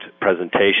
presentation